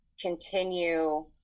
continue